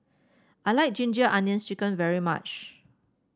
I like Ginger Onions chicken very much